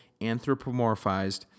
anthropomorphized